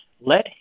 let